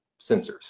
sensors